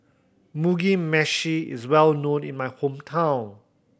Mugi Meshi is well known in my hometown